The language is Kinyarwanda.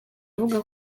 avuga